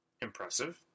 Impressive